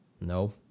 no